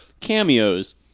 cameos